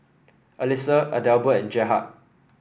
Alissa Adelbert and Gerhard